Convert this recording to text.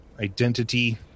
identity